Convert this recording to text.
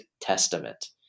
testament